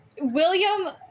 William